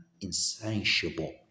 insatiable